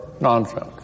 nonsense